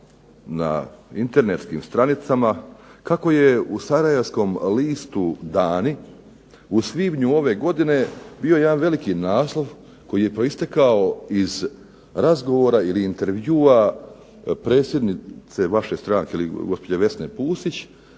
na internetskim stranicama kako je u sarajevskom listu "Dani" u svibnju ove godine bio jedan veliki naslov koji je proistekao iz razgovora ili intervjua predsjednice vaše stranke ili gospođe Vesne Pusić